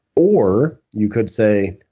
or you could say,